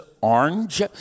Orange